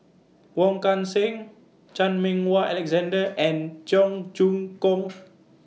Wong Kan Seng Chan Meng Wah Alexander and Cheong Choong Kong